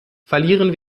verlieren